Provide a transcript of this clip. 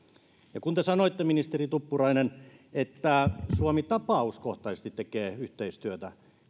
kun te sanoitte ministeri tuppurainen että suomi tapauskohtaisesti tekee yhteistyötä